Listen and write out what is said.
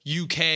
UK